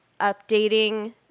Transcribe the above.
updating